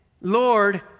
Lord